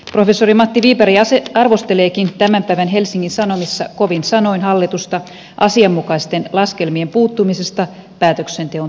professori matti wiberg arvosteleekin tämän päivän helsingin sanomissa kovin sanoin hallitusta asianmukaisten laskelmien puuttumisesta päätöksenteon taustalta